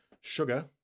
sugar